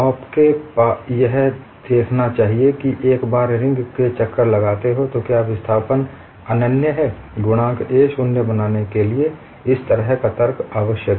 आपको यह भी देखना चाहिए कि एक बार रिंग के चक्कर लगाते हैं तो क्या विस्थापन अनन्य है गुणांक A शून्य बनाने के लिए इस तरह का तर्क आवश्यक है